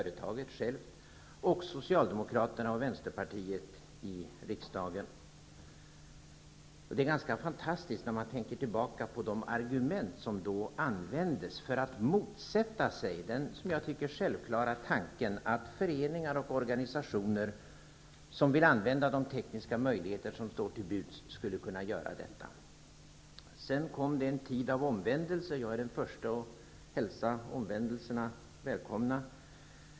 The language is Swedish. Radio och Socialdemokraterna och Vänsterpartiet i riksdagen. Det är ganska fantastiskt när man tänker tillbaka på de argument som då användes för att motsätta sig den som jag tycker självklara tanken att föreningar och organisationer som vill använda de tekniska möjligheter som står till buds skulle kunna göra detta. Sedan kom en tid av omvändelse, och jag är den förste att hälsa de omvända välkomna.